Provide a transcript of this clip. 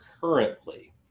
currently